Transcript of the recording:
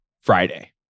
Friday